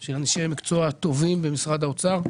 של אנשי מקצוע טובים במשרד האוצר,